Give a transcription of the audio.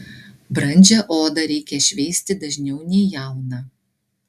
brandžią odą reikia šveisti dažniau nei jauną